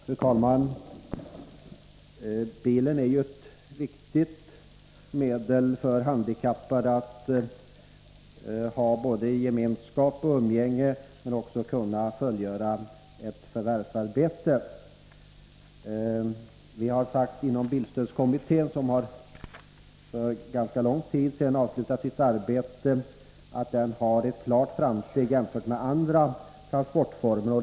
Fru talman! Bilen är ett viktigt färdmedel för handikappade. Den är viktig både i gemenskap och umgänge men också för att kunna fullgöra ett förvärvsarbete. Inom bilstödskommittén, som för ganska lång tid sedan avslutade sitt arbete, har vi sagt att bilen har ett klart försteg före andra transportmedel.